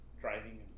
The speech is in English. driving